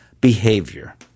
behavior